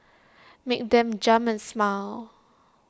make them jump and smile